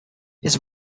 his